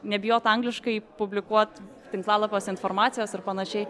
nebijot angliškai publikuot tinklalapiuose informacijos ir panašiai